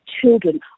children